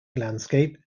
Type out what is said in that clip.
landscape